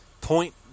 point